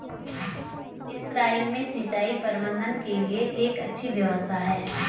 Israel में सिंचाई प्रबंधन के लिए एक अच्छी व्यवस्था है